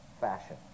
fashion